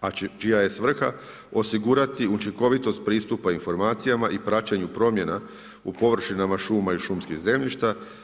a čija je svrha osigurati učinkovitost pristupa informacijama i praćenju promjena u površinama šuma i šumskih zemljišta.